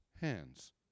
hands